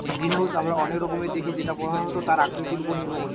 greenhouse আমরা অনেক রকমের দেখি যেটা প্রধানত তার আকৃতি উপর নির্ভর করে